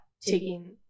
taking